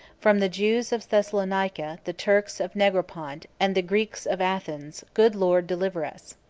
from the jews of thessalonica, the turks of negropont, and the greeks of athens, good lord deliver us!